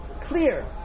clear